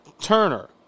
Turner